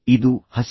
ಅದು ಅಷ್ಟೆ